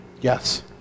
Yes